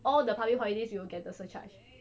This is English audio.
all the public holidays you will get the surcharge